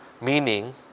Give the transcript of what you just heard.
meaning